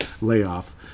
layoff